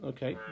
Okay